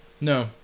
No